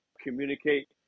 communicate